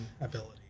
ability